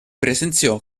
presenziò